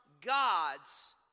God's